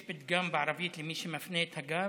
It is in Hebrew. יש פתגם בערבית למי שמפנה את הגב: